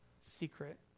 secret